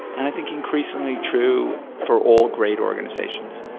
and i think increasingly true for all great organizations.